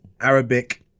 arabic